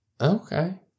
Okay